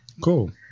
Cool